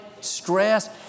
stress